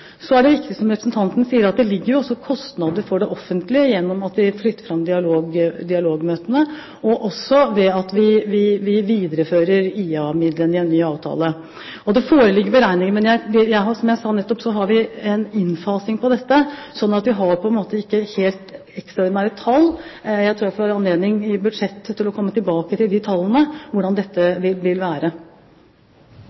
det. Det er så riktig som representanten sier, at det også ligger kostnader for det offentlige gjennom at vi flytter fram dialogmøtene, og også ved at vi viderefører IA-midlene i en ny avtale. Det foreligger beregninger. Men som jeg sa nettopp: Vi har en innfasing på dette, sånn at vi har på en måte ikke helt ekstraordinære tall. Jeg tror jeg får anledning i budsjettet til å komme tilbake til de tallene, hvordan dette